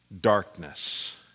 darkness